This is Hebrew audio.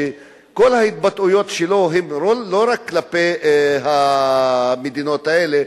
שכל ההתבטאויות שלו הן לא רק כלפי המדינות האלה,